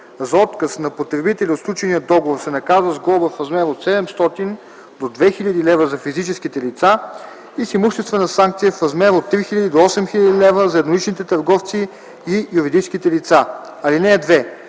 за отказ на потребителя от сключения договор, се наказва с глоба в размер от 700 до 2000 лв. – за физическите лица, и с имуществена санкция в размер от 3000 до 8000 лв. – за едноличните търговци и юридическите лица. (2)